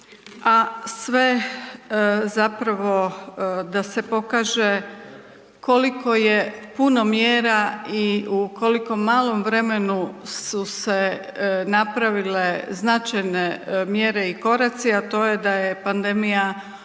a sve zapravo da se pokaže koliko je puno mjera i u kolikom malom vremenu su se napravile značajne mjere i koraci a to je da je pandemija proglašena